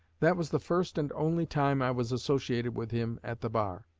that was the first and only time i was associated with him at the bar.